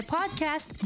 Podcast